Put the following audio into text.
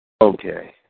Okay